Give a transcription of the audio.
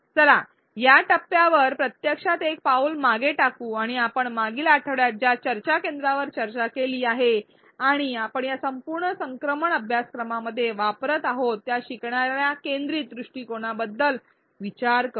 चला या टप्प्यावर प्रत्यक्षात एक पाऊल मागे टाकू आणि आपण मागील आठवड्यात ज्या चर्चा केंद्रावर चर्चा केली आहे आणि आपण या संपूर्ण संक्रमण अभ्यासक्रमामध्ये वापरत आहोत त्या शिकणार्या केंद्रित दृष्टिकोनाबद्दल विचार करूया